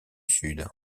sud